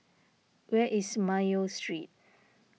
where is Mayo Street